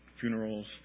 funerals